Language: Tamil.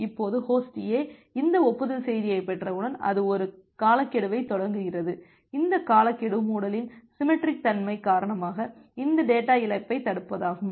இப்போது ஹோஸ்ட் A இந்த ஒப்புதல் செய்தியைப் பெற்றவுடன் அது ஒரு காலக்கெடுவைத் தொடங்குகிறது இந்த காலக்கெடு மூடலின் சிமெட்ரிக் தன்மை காரணமாக இந்த டேட்டா இழப்பைத் தடுப்பதாகும்